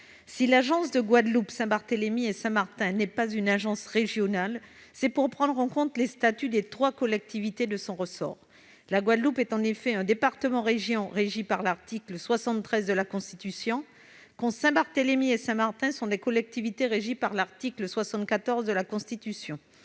de santé de Guadeloupe, Saint-Barthélemy et Saint-Martin n'est pas une agence régionale, c'est pour prendre en compte les statuts des trois collectivités de son ressort. La Guadeloupe est, en effet, un département-région régi par l'article 73 de la Constitution, quand Saint-Barthélemy et Saint-Martin sont des collectivités régies par l'article 74 de la Constitution.